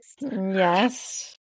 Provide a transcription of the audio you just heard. Yes